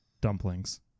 Dumplings